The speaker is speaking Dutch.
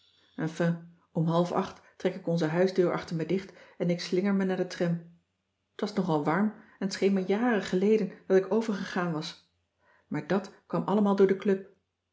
enfin om half acht trek ik onze huisdeur achter me dicht en ik slinger me naar de tram t was nogal warm en t scheen me jaren geleden dat ik overgegaan was maar dàt kwam allemaal door de club